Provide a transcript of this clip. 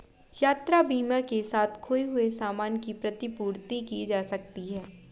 यात्रा बीमा के साथ खोए हुए सामान की प्रतिपूर्ति की जा सकती है